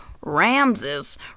Ramses